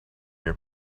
your